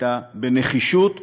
הייתה "בנחישות וברגישות",